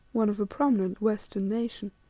one of a prominent western nation.